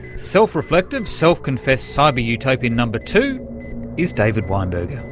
self-reflective, self-confessed cyber-utopian number two is david weinberger.